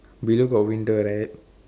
below got window right